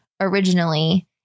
originally